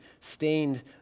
stained